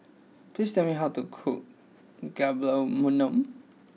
please tell me how to cook Gulab Jamun